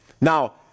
Now